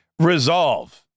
Resolve